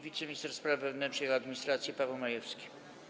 Wiceminister spraw wewnętrznych i administracji Paweł Majewski.